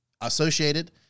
associated